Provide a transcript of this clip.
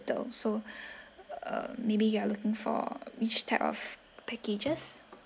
though so um maybe you are looking for which type of packages